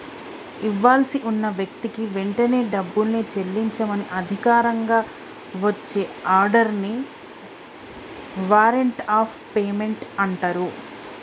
ఇవ్వాల్సి ఉన్న వ్యక్తికి వెంటనే డబ్బుని చెల్లించమని అధికారికంగా వచ్చే ఆర్డర్ ని వారెంట్ ఆఫ్ పేమెంట్ అంటరు